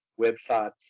websites